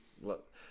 look